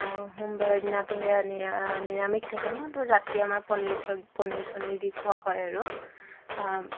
সোমবাৰৰদিনাতো সেয়া নিৰা নিৰামিষ থাকে ন তো ৰাতি আমাৰ পনিৰ চব পনিৰ চনিৰ দি খোৱা হয় আৰু